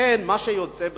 לכן מה שיוצא בסוף,